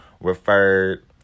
referred